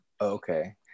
Okay